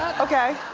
okay.